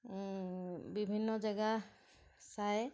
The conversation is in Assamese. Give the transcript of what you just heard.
বিভিন্ন জেগা চায়